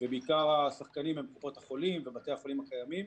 ועיקר השחקנים הם קופות החולים ובתי החולים הקיימים,